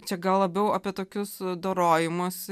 čia gal labiau apie tokius dorojimosi